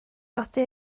godi